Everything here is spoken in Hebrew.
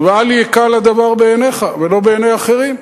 ואל יקל הדבר בעיניך ולא בעיני אחרים.